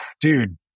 dude